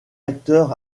acteur